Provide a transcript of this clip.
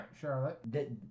Charlotte